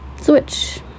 Switch